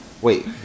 Wait